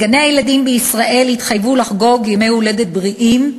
בגני-הילדים בישראל התחייבו לחגוג ימי הולדת בריאים,